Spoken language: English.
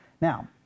now